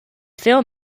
film